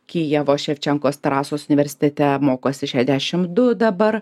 kijevo ševčenkos terasos universitete mokosi šešiasdešim du dabar